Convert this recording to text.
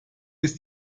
ist